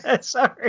Sorry